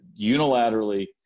unilaterally